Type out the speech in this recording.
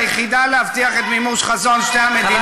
והדרך היחידה להבטיח את מימוש חזון שתי המדינות,